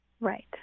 Right